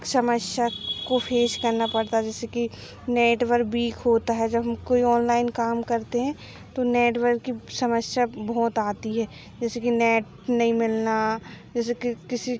समस्या को फे़श करना पड़ता जैसे कि नेटवर्क बीक होता है जब हम कोई ऑनलाइन काम करते हैं तो नेटवर्क की समस्या बहुत आती है जैसे कि नेट नहीं मिलना जैसे कि किसी